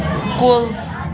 کُل